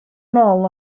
nôl